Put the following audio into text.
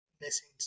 missing